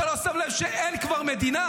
אתה לא שם לב שאין כבר מדינה.